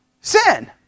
Sin